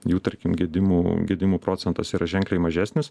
jų tarkim gedimų gedimų procentas yra ženkliai mažesnis